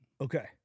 Okay